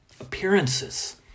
appearances